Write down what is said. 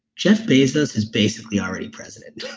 jeff bezos is basically already president